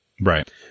right